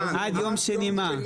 עד יום שני --- עד יום שני מה?